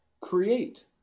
create